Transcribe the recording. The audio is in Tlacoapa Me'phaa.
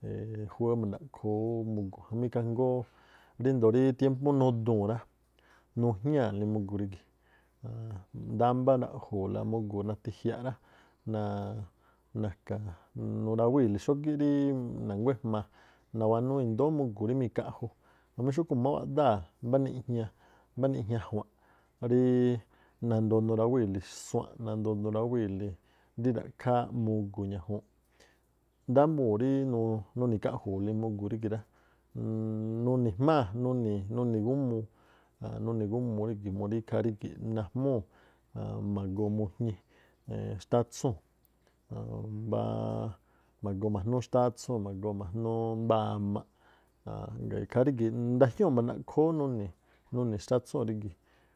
júwá ma̱ndaꞌkhoo ú mugu̱ jamí ikhaa jngóó ríndo̱o rí tiémpu nuduu̱n rá nujñáa̱le mu̱gu̱ rígi̱, ndámbá naꞌgu̱u̱la mugu̱ natiꞌjiaꞌrá, na̱a̱- na̱ka̱- nurawíi̱li xógíꞌ ríí na̱nguá ejmaa nawanúú i̱ndóó mugu̱ rí mikaꞌju. Jamí xúꞌkhu̱ má wáꞌdáa̱ mbá niꞌjña a̱jua̱nꞌ ríí nandoo nurawíi̱li suanꞌ, nandoo nurawíi̱li rí ra̱khááꞌ mugu̱ ñajuunꞌ. Ndábuu̱n rí nuni̱ khaꞌju̱u̱li mugu̱ rigi̱ rá, nuni̱jmáa̱ nuni̱ gúmuu rígi̱ murí ikhaa rígi̱ꞌ nájmúú̱ ma̱goo mujñi xtátsúu̱n ma̱goo ma̱jnúú xtátsúu̱n ma̱goo ma̱núú mbá amaꞌ. ngaa̱ ikhaa rígi̱ ndajñúu̱ ma̱ndaꞌkhoo ú nuni̱- nuni̱ xtátsúu̱n rígi̱.